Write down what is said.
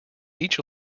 each